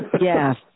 Yes